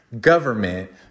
Government